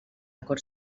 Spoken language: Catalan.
cort